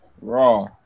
Raw